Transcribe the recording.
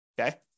Okay